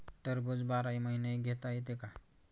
टरबूज बाराही महिने घेता येते का?